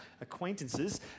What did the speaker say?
acquaintances